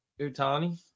Utani